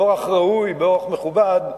באורח ראוי, באורח מכובד,